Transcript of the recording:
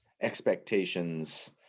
expectations